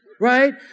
right